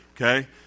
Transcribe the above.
okay